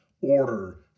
order